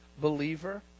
believer